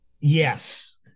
Yes